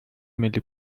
ملی